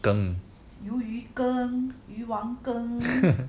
羹